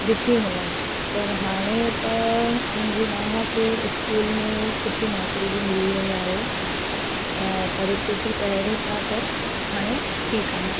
ॾिठी हुन पर हाणे त मुंहिंजी माउ खे स्कूल में सुठी नौकरी बि मिली वई आहे ऐं परिस्थिती पहिरियों खां त हाणे ठीकु आहे